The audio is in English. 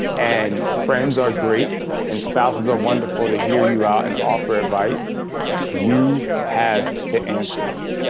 and friends are great and spouses are wonderful to hear you out and offer advice you have the answers.